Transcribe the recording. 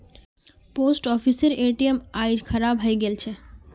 post ऑफिसेर ATM आइज खराब हइ गेल छ